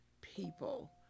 people